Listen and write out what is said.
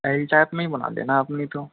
L type में ही बना देना आप नहीं तो